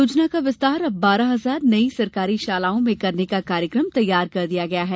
योजना का विस्तार अब बारह हजार नई सरकारी शालाओं में करने का कार्यकम तैयार कर दिया गया है